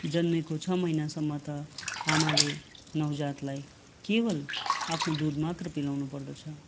जन्मेको छ महिनासम्म त आमाले नवजातलाई केवल आफ्नो दुध मात्र पिलाउनु पर्दछ